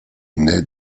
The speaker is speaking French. naît